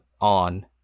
on